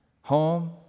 Home